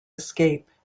escape